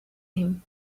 him